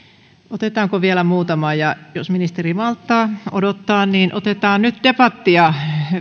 otetaanko vielä muutama jos ministeri malttaa odottaa niin otetaan nyt debattia